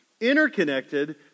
Interconnected